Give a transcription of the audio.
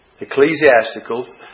Ecclesiastical